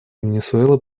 венесуэлы